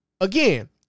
again